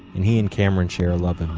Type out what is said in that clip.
and he and cameron share a love of